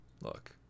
look